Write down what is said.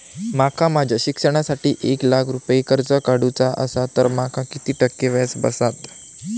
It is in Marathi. माका माझ्या शिक्षणासाठी एक लाख रुपये कर्ज काढू चा असा तर माका किती टक्के व्याज बसात?